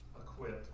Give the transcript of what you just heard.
acquit